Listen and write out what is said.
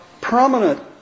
prominent